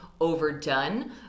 overdone